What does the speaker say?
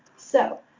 so,